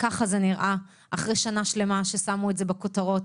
ככה זה נראה אחרי שנה שלמה ששמו את זה בכותרות.